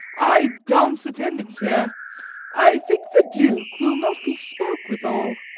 i dance attendance here i think the duke will not be spoke withal.